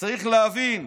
צריך להבין,